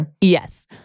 Yes